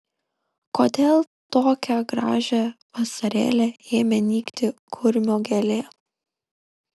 kodėl tokią gražią vasarėlę ėmė nykti kurmio gėlė